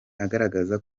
agaragaza